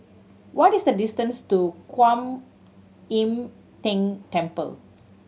what is the distance to Kuan Im Tng Temple